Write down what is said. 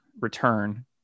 return